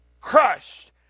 crushed